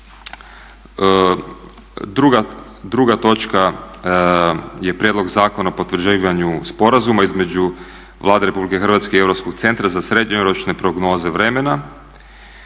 Druga točka je Prijedlog zakona o potvrđivanju sporazuma između Vlade Republike Hrvatske i Europskog centra za srednjoročne prognoze vremena.